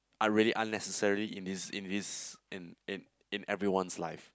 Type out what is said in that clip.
are really unnecessary in this in this in in in everyone's life